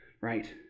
right